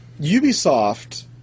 Ubisoft